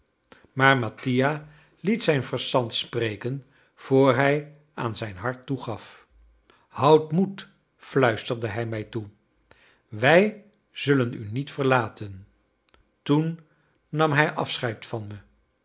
maar mattia liet zijn verstand spreken vr hij aan zijn hart toegaf houd moed fluisterde hij mij toe wij zullen u niet verlaten toen eerst nam hij afscheid van me